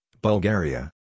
Bulgaria